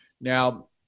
Now